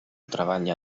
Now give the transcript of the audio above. treballa